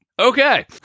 Okay